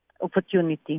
opportunity